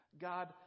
God